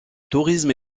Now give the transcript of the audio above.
tourisme